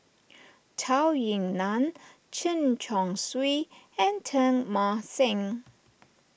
Zhou Ying Nan Chen Chong Swee and Teng Mah Seng